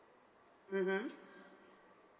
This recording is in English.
mmhmm